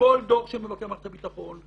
לכל דוח של מבקר מערכת הביטחון,